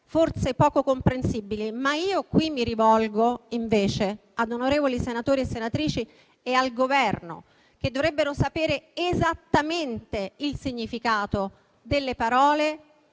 forse poco comprensibili, ma io qui mi rivolgo invece ad onorevoli senatori e senatrici e al Governo che dovrebbero sapere esattamente il significato delle parole